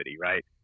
right